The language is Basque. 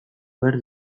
behar